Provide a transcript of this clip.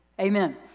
amen